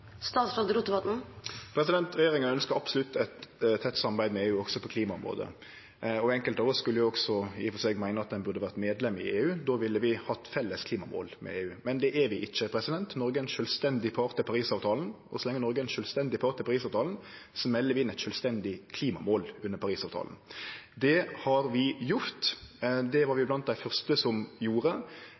Regjeringa ønskjer absolutt eit tett samarbeid med EU, også på klimaområdet, og enkelte av oss skulle jo også i og for seg meine at ein burde vore medlem i EU. Då ville vi hatt felles klimamål med EU. Men det er vi ikkje. Noreg er ein sjølvstendig part til Parisavtalen, og så lenge Noreg er ein sjølvstendig part til Parisavtalen, melder vi inn eit sjølvstendig klimamål under Parisavtalen. Det har vi gjort. Det var vi blant dei første som gjorde.